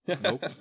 Nope